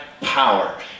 power